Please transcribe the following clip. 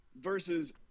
versus